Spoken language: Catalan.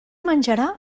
menjarà